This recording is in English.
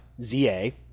Z-A